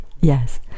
Yes